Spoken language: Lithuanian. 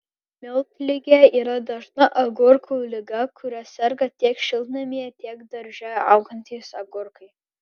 miltligė yra dažna agurkų liga kuria serga tiek šiltnamyje tiek darže augantys agurkai